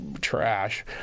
trash